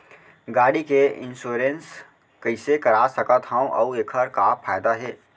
गाड़ी के इन्श्योरेन्स कइसे करा सकत हवं अऊ एखर का फायदा हे?